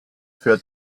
für